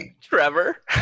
Trevor